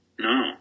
No